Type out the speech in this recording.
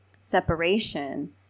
separation